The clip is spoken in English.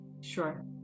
Sure